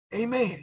Amen